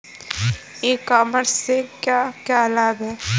ई commerce के क्या क्या लाभ हैं?